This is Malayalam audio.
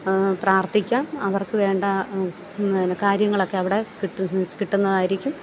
പ്രാർത്ഥിക്കാം അവർക്ക് വേണ്ട കാര്യങ്ങളൊക്കെ അവിടെ കിട്ടുന്നതായിരിക്കും